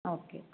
okay